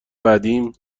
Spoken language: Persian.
بعدیم